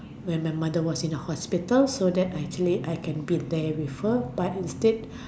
when my mother was in the hospital so that actually I can be there with her but instead